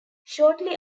shortly